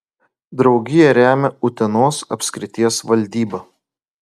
draugiją remia utenos apskrities valdyba